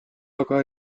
aga